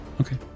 Okay